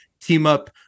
Team-Up